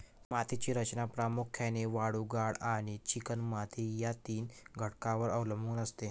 मातीची रचना प्रामुख्याने वाळू, गाळ आणि चिकणमाती या तीन घटकांवर अवलंबून असते